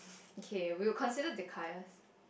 okay we will consider to